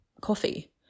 coffee